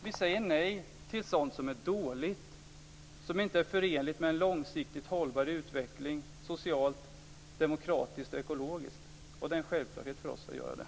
Vi säger nej till sådant som är dåligt, som inte är förenligt med en långsiktigt hållbar utveckling socialt, demokratiskt och ekologiskt. Det är en självklarhet för oss att göra det.